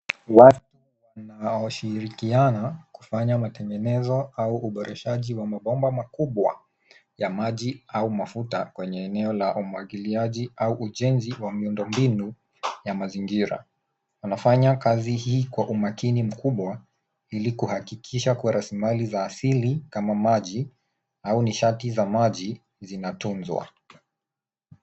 Watu wanaoshirikiana kufanya matengenezo au uboreshaji wa mabomba makubwa, ya maji au mafuta kwenye eneo la umwagiliaji au ujenzi wa miundo mbinu, ya mazingira. Wanafanya kazi hii kwa umakini mkubwa, ili kuhakikisha kuwa rasilimali za asili kama maji, au nishati za maji, zinatunzwa.